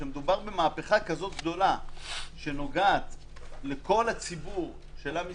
כשמדובר במהפכה כזו גדולה שנוגעת לכל הציבור של עם ישראל,